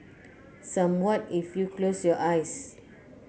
somewhat if you close your eyes